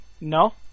No